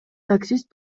таксист